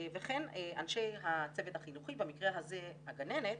וכן אנשי הצוות החינוכי, במקרה הזה הגננת,